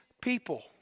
people